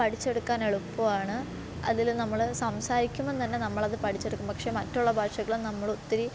പഠിച്ചെടുക്കാനെളുപ്പമാണ് അതിൽ നമ്മൾ സംസാരിക്കുമ്പോൾത്തന്നെ നമ്മളത് പഠിച്ചെടുക്കും പക്ഷെ മറ്റുള്ള ഭാഷകളും നമ്മൾ ഒത്തിരി